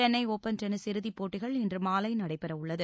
Chennai open tennis இறுதிப் போட்டிகள் இன்று மாலை நடைபெற உள்ளது